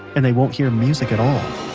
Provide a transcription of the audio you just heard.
and they won't hear music at all,